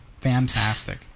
Fantastic